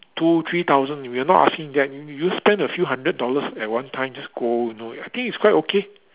two three thousand we are not asking them you spend a few hundred dollars at one time just go you know I think it's quite okay